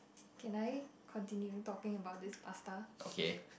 can I continue talking about this pasta